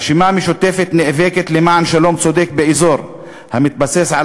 הרשימה משותפת נאבקת למען שלום צודק באזור המתבסס על